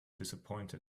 dissapointed